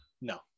no